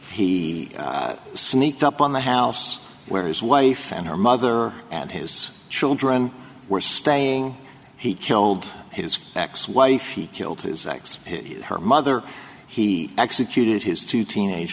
he sneaked up on the house where his wife and her mother and his children were staying he killed his ex wife he killed his ex her mother he executed his two teenage